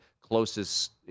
closest